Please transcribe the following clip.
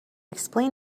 explain